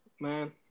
man